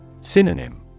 Synonym